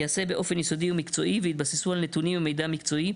ייעשה באופן יסודי ומקצועי ויתבססו על נתונים ומידע מקצועי.